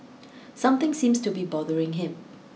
something seems to be bothering him